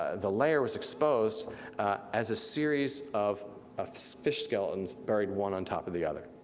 ah the layer was exposed as a series of of so fish skeletons buried one on top of the other.